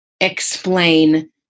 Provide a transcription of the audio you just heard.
explain